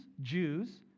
Jews